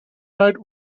note